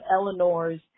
Eleanor's